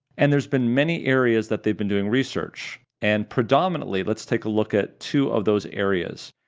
and there's been many areas that they've been doing research and predominantly, let's take a look at two of those areas.